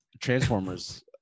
Transformers